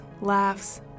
laughs